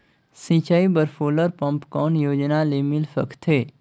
सिंचाई बर solar pump कौन योजना ले मिल सकथे?